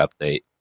update